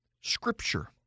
scripture